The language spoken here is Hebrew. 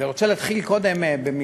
אני רוצה להתחיל במילים